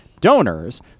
donors